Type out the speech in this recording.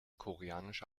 koreanische